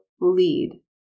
lead